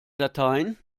dateien